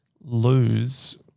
lose